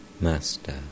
Master